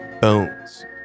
bones